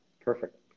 Perfect